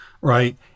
right